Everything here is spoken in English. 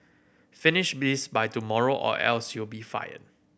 finish this by tomorrow or else you'll be fired